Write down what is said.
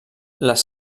les